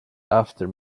after